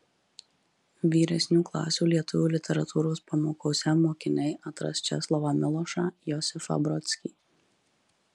vyresnių klasių lietuvių literatūros pamokose mokiniai atras česlovą milošą josifą brodskį